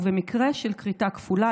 ובמקרה של כריתה כפולה,